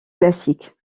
classiques